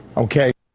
okay.